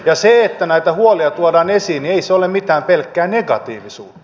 ja se että näitä huolia tuodaan esiin ei ole mitään pelkkää negatiivisuutta